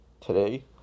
today